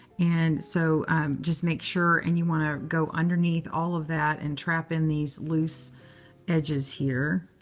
and so just make sure. and you want to go underneath all of that and trap in these loose edges here.